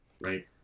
Right